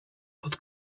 pod